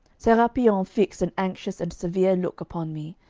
serapion fixed an anxious and severe look upon me,